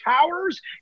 towers